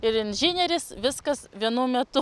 ir inžinierius viskas vienu metu